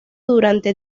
durante